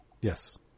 Yes